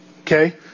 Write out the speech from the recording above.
Okay